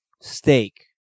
Steak